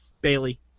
Bailey